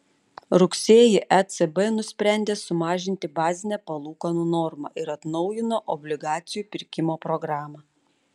rugsėjį ecb nusprendė sumažinti bazinę palūkanų normą ir atnaujino obligacijų pirkimo programą